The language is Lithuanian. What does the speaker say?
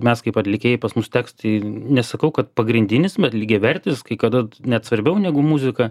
mes kaip atlikėjai pas mus tekstai nesakau kad pagrindinis bet lygiavertis kai kada net svarbiau negu muzika